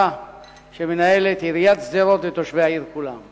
שמנהלים עיריית שדרות ותושבי העיר כולם.